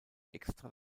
extra